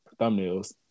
thumbnails